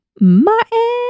Martin